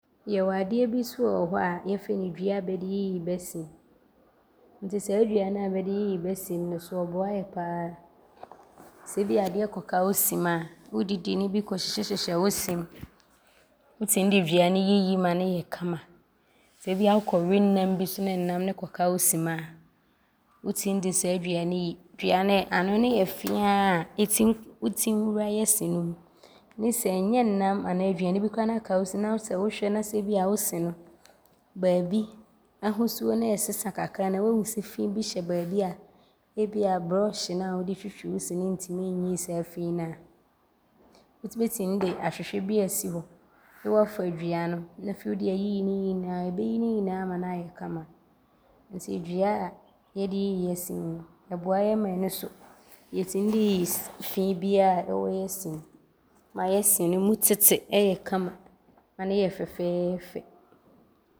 Yɛwɔ adeɛ bi so wɔ hɔ a, yɛfrɛ no dua a bɛde yiyi bɛ se mu. Nti saa dua no a bɛde yiyi bɛ se mu ne so, ɔboa yɛ pa ara. Sɛ ebia adeɛ kɔka wo se mu a, wodidi ne bi kɔhyehyɛhyehyɛ wo se mu a, wotim de dua ne yiyi ma ne yɛ kama. Sɛ ebia wokɔwe nnam bi so ne nnam no kɔka wo se mu a, wotim de saa dua no yiyi. Dua no, anoo ne yɛ feaa a ɔtim wura yɛ se ne mu ne sɛ nyɛ nnam anaa aduane bi koraa ne aka wo se mu na sɛ wohwɛ na sɛ ebia wo se no, baabi ahosuo no ɔɔsesa kakra a, anaa woahu sɛ fii bi hyɛ baabi a ebia brɔɔhye na wode twitwi wo se no ntim nyi saa fii no a, wobɛtim de ahwehwɛ bi aasi hɔ ne woafa dua no ne afei wode ayiyi ne nyinaa. Wobɛyi ne nyinaa ama ne aayɛ kama nti dua a yɛde yiyi yɛ se mu no, ɔboa yɛ ma yɛtim de yiyi fii biaa ɔwɔ yɛ se mNu ma yɛ se no mu tete yɛ kama ma ne yɛ fɛfɛɛfɛ.